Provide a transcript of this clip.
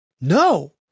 no